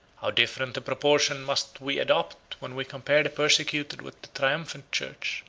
how different a proportion must we adopt when we compare the persecuted with the triumphant church,